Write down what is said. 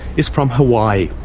is from hawaii,